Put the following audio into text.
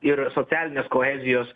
ir socialinės koezijos